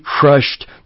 crushed